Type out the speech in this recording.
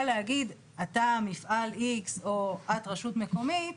להגיד אתה מפעל X או את רשות מקומית,